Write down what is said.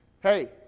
Hey